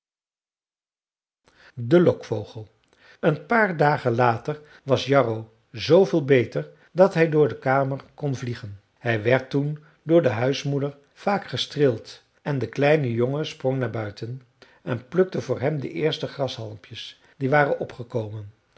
de lokvogel een paar dagen later was jarro zooveel beter dat hij door de kamer kon vliegen hij werd toen door de huismoeder vaak gestreeld en de kleine jongen sprong naar buiten en plukte voor hem de eerste grashalmpjes die waren opgekomen